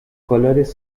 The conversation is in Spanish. colores